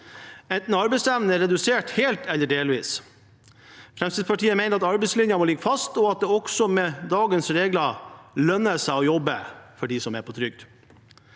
enten arbeidsevnen er redusert helt eller delvis. Fremskrittspartiet mener at arbeidslinjen må ligge fast, og at det også med dagens regler lønner seg å jobbe for dem som er på trygd.